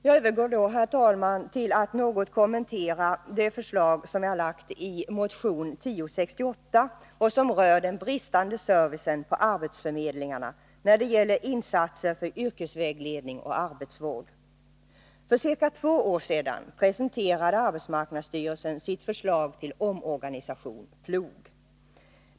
Jag övergår då, herr talman, till att något kommentera det förslag jag lagt i motion 1068 och som rör den bristande servicen på arbetsförmedlingarna när det gäller insatser för yrkesvägledning och arbetsvård. För ca två år sedan presenterade arbetsmarknadsstyrelsen sitt förslag till omorganisation — PLOG.